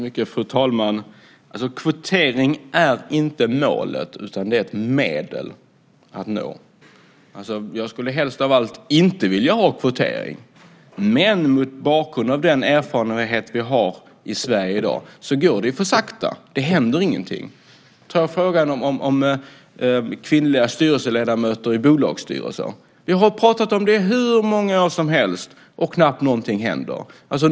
Fru talman! Kvotering är inte målet utan ett medel. Jag skulle helst av allt inte vilja ha kvotering, men den erfarenhet vi har i Sverige i dag är ju att det går för sakta. Det händer ingenting. Ta frågan om kvinnliga styrelseledamöter i bolagsstyrelser! Vi har pratat om detta i hur många år som helst, och knappt någonting händer.